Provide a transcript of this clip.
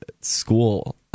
school